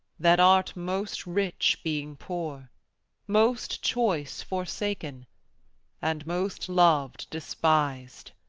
that art most rich, being poor most choice, forsaken and most lov'd, despis'd!